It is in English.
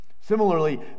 Similarly